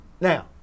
now